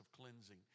cleansing